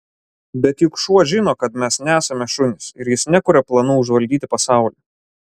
bet juk šuo žino kad mes nesame šunys ir jis nekuria planų užvaldyti pasaulį